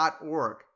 org